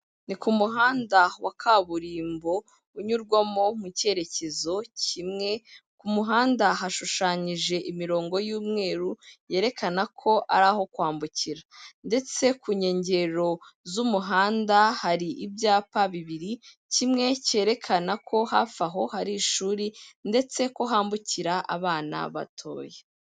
Ni ku muhanda wa kaburimbo unyurwamo mu cyerekezo kimwe, ku muhanda hashushanyije imirongo y'umweru, yerekana ko ari aho kwambukira ndetse ku nkengero z'umuhanda hari ibyapa bibiri kimwe cyerekana ko hafi aho hari ishuri ndetse ko hambukira abana batoya.